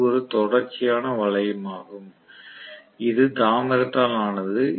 இது ஒரு தொடர்ச்சியான வளையமாகும் இது தாமிரத்தால் ஆனது